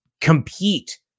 compete